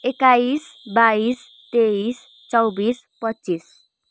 एक्काइस बाइस तेइस चौबिस पच्चिस